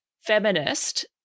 feminist